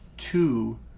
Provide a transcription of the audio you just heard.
two